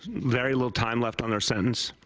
very little time left on their sentence,